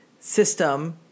System